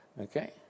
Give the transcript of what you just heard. Okay